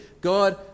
God